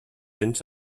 cents